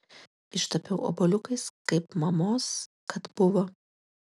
ištapiau obuoliukais kaip mamos kad buvo